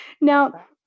now